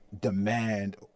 demand